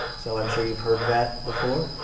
so i'm sure you've heard that before.